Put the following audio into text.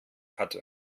hatte